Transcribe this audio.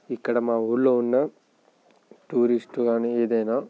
ఇక్కడ మా ఊళ్ళో ఉన్న టూరిస్ట్ అని ఏదైనా